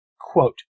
Quote